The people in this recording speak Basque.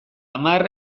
hamar